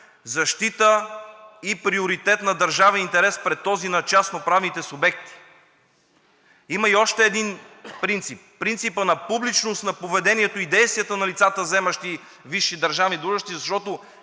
защита и приоритет на държавния интерес пред този на частноправните субекти. Има и още един принцип, принципът на публичност на поведението и действията на лицата, заемащи висши държавни длъжности, защото